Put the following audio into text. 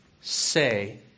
say